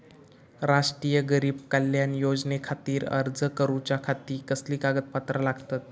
राष्ट्रीय गरीब कल्याण योजनेखातीर अर्ज करूच्या खाती कसली कागदपत्रा लागतत?